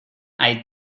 hay